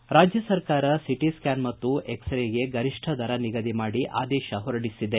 ಇನ್ನೊಂದೆಡೆ ರಾಜ್ಯ ಸರ್ಕಾರ ಸಿಟಿಸ್ಟ್ಯಾನ್ ಮತ್ತು ಎಕ್ಸ್ ರೇಗೆ ಗರಿಷ್ಠ ದರ ನಿಗದಿ ಮಾಡಿ ಆದೇಶ ಹೊರಡಿಸಿದೆ